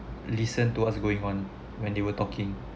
listen to what's going on when they were talking